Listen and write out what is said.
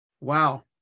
wow